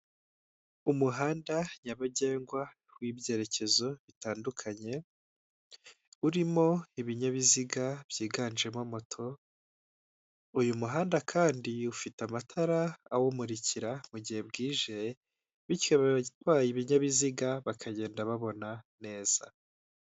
Umuhanda nyabagendwa w'ibyerekezo bitandukanye, urimo ibinyabiziga byiganjemo moto, uyu muhanda kandi ufite amatara awumurikira mu gihe bwije bityo abatwaye ibinyabiziga bakagenda babona neza.